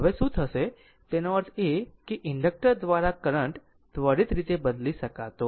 હવે શું થશે તેનો અર્થ એ કે ઇન્ડક્ટર દ્વારા કરંટ ત્વરિત બદલી શકાતો નથી